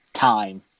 time